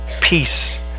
peace